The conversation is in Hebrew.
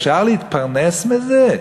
אפשר להתפרנס מזה?